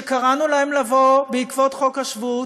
שקראנו להם לבוא בעקבות חוק השבות